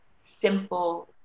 simple